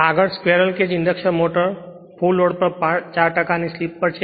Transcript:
આગળ એક squirrel cage induction motor full load પર 4 ની સ્લિપ છે